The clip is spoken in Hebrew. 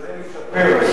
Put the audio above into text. אשתדל לשפר אותה.